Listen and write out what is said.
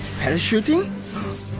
Parachuting